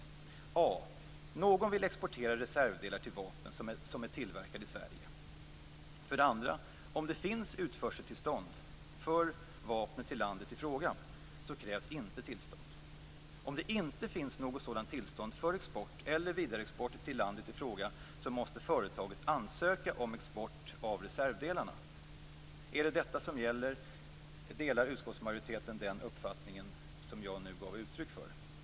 För det första: Någon vill exportera reservdelar till vapen som är tillverkade i Sverige. För det andra: Om det finns utförseltillstånd för vapnet till landet i fråga krävs inte tillstånd. Om det inte finns något sådant tillstånd för export eller vidareexport till landet i fråga, måste företaget ansöka om tillstånd för export av reservdelarna. Är det detta som gäller? Delar utskottsmajoriteten den uppfattning som jag nu gav uttryck för?